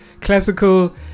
classical